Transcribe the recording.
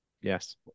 Yes